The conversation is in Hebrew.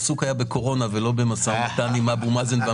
עסוק היה בקורונה ולא במשא ומתן עם אבו מאזן.